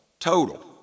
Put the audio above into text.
Total